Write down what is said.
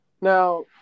Now